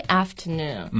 afternoon